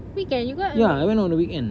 weekend you go on a wee~